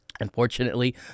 Unfortunately